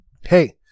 Hey